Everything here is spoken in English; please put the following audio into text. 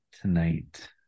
tonight